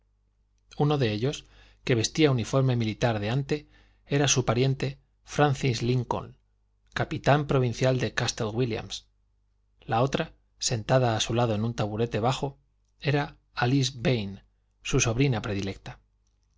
uno de ellos que vestía uniforme militar de ante era su pariente francis lincoln capitán provincial de castle wílliam la otra sentada a su lado en un taburete bajo era alice vane su sobrina predilecta